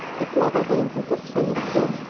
it never rains in this way at home.